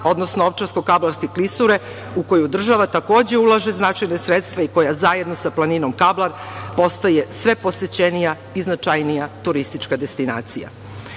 odnosno Ovčarsko-kablarske klisure u koju država takođe ulaže značajna sredstva i koja zajedno sa planinom Kablar postoje sve posećenija i značajnija turistička destinacija. Izgradnjom